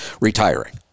retiring